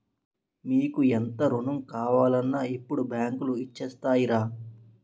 మీకు ఎంత రుణం కావాలన్నా ఇప్పుడు బాంకులు ఇచ్చేత్తాయిరా